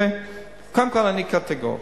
קודם כול אני קטיגור.